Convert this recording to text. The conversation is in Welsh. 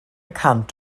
cant